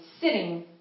sitting